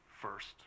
first